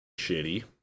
shitty